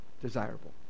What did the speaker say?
desirable